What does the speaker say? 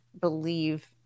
believe